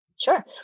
Sure